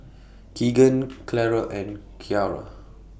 Keagan Clara and Ciara